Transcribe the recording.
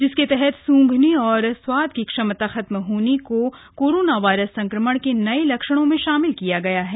जिसके तहत सुंघने और स्वाद की क्षमता खत्म होने को कोरोना वायरस संक्रमण के नए लक्षणों में शामिल किया गया है